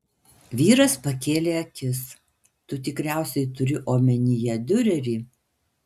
vyras pakėlė akis tu tikriausiai turi omenyje diurerį